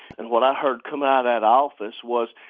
and what i heard come out of that office was,